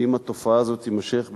שאם התופעה הזאת תימשך,